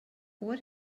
what